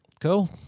Cool